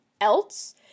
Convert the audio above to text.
else